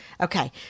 Okay